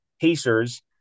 Pacers